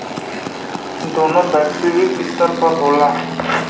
दोनों वैश्विक स्तर पर होला